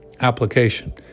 Application